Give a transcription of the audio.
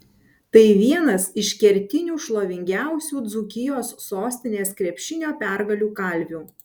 tai vienas iš kertinių šlovingiausių dzūkijos sostinės krepšinio pergalių kalvių